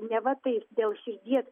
neva tai dėl širdies